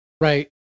right